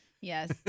yes